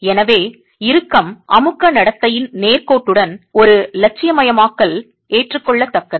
எனவே இறுக்கம் அமுக்க நடத்தையின் நேர்கோட்டுடன் ஒரு இலட்சியமயமாக்கல் ஏற்றுக்கொள்ளத்தக்கது